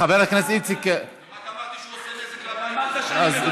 רק אמרתי שהוא עושה נזק לבית הזה.